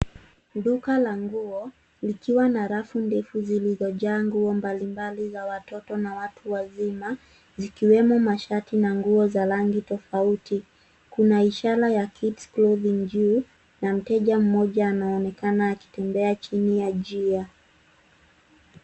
Duka la nguo likiwa na rafu ndefu zilizojaa nguo mbalimbali za watoto na watu wazima zikiwemo mashati na nguo za rangi tofauti. Kuna ishara ya kid's clothing juu na mteja mmoja anaonekana akitembea chini ya njia.